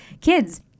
kids